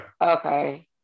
Okay